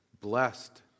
blessed